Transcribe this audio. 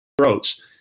throats